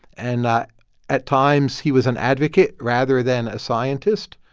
and at times, he was an advocate rather than a scientist.